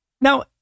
Now